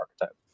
archetype